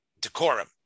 decorum